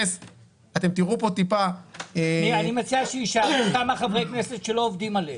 אני מציע שיישארו כמה חברי כנסת שלא עובדים עליהם.